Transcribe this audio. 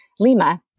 Lima